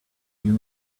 you